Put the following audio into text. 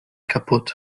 kaputt